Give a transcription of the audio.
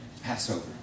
Passover